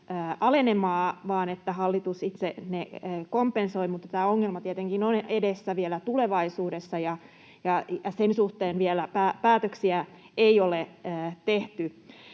alenemaa, vaan hallitus itse sen kompensoi. Tämä ongelma tietenkin on edessä vielä tulevaisuudessa, ja sen suhteen päätöksiä ei ole vielä tehty.